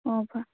ꯑꯣ ꯐꯥꯏ